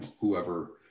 whoever